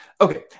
Okay